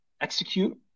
execute